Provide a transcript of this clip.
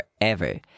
forever